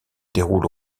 déroule